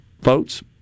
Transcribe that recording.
votes